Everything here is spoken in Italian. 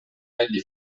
pannelli